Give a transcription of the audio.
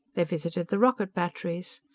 they visited the rocket batteries.